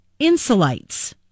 Insulites